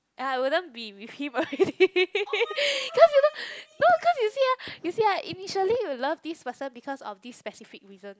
ya I wouldn't be with him already cause you know no cause you see ah you see ah initially you love this person because of this specific reason